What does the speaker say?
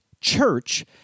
church